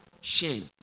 shame